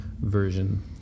version